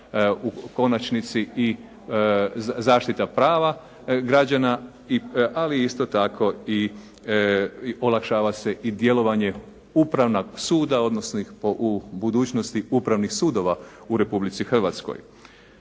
u konačnici i zaštita prava građana, ali i isto tako olakšava se i djelovanje Upravnog suda, odnosno u budućnosti upravnih sudova u Republici Hrvatskoj.